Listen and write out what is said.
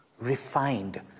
refined